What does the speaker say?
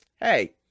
hey